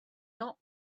not